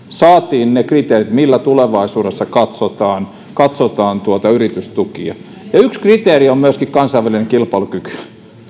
saatiin ne kriteerit millä tulevaisuudessa katsotaan katsotaan yritystukia ja yksi kriteeri on myöskin kansainvälinen kilpailukyky